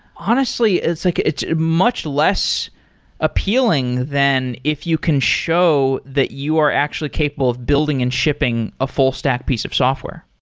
honestly, it's like it's much less appealing than if you can show that you are actually capable of building and shipping a full stack piece of software.